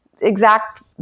exact